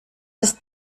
ist